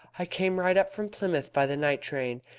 i came right up from plymouth by the night train.